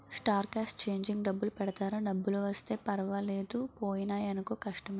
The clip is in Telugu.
స్టార్ క్యాస్ట్ చేంజింగ్ డబ్బులు పెడతారా డబ్బులు వస్తే పర్వాలేదు పోయినాయనుకో కష్టమే